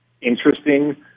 interesting